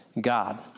God